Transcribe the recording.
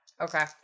Okay